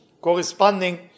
corresponding